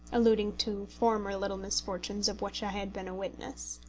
alluding to former little misfortunes of which i had been a witness.